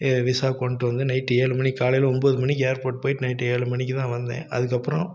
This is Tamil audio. என் விசா கொண்டு வந்து நைட்டு ஏழு மணிக்கு காலையில் ஒன்போது மணிக்கி ஏர்போட் போயிட்டு நைட்டு ஏழு மணிக்குதான் வந்தேன் அதுக்கப்புறம்